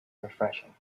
refreshing